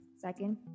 second